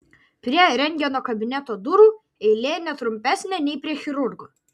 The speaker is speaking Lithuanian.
prie rentgeno kabineto durų eilė ne trumpesnė nei prie chirurgo